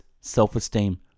self-esteem